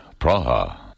Praha